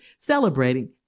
celebrating